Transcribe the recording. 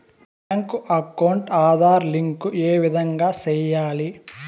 Bank account Aadhaar link ఏ విధంగా సెయ్యాలి?